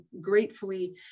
gratefully